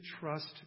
trust